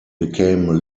became